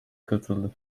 katıldı